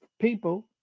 people